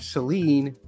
Celine